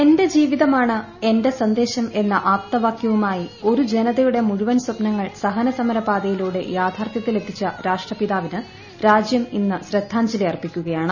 എന്റെ ജീവിതമാണ് എന്റെ സന്ദേശം എന്ന ആപ്തവാക്യ വുമായി ഒരു ജനതയുടെ മുഴുവൻ സ്വപ്നങ്ങൾ സഹന സമരപാതയിലൂടെ യാഥാർത്ഥൃത്തിലെത്തിച്ച രാഷ്ട്രപിതാവിന് രാജ്യം ഇന്ന് ശ്രദ്ധാഞ്ജലി അർപ്പിക്കുകയാണ്